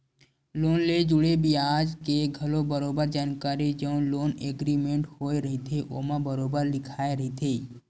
loan ले जुड़े बियाज के घलो बरोबर जानकारी जउन लोन एग्रीमेंट होय रहिथे ओमा बरोबर लिखाए रहिथे